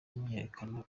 myiyerekano